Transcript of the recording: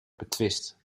betwist